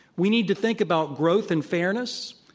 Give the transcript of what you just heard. we need to think about growth and fairness.